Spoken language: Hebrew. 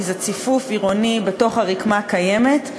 כי זה ציפוף עירוני בתוך הרקמה הקיימת,